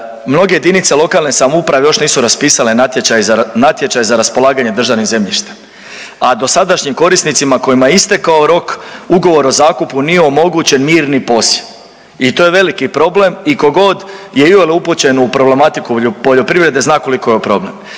Mnoge jedinice lokalne samouprave još nisu raspisale natječaje za raspolaganje državnim zemljištem, a dosadašnjim korisnicima kojima je istekao rok, ugovor o zakupu nije omogućen mirni posjed i to je veliki problem i tko god je iole upućen u problematiku poljoprivrede, zna koliko je ovo problem.